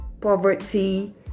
poverty